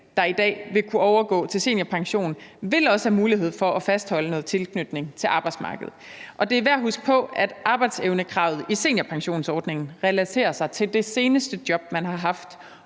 der i dag vil kunne overgå til seniorpension, vil også have mulighed for at fastholde en tilknytning til arbejdsmarkedet. Det er værd at huske på, at arbejdsevnekravet i seniorpensionsordningen relaterer sig til det seneste job, man har haft,